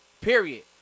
Period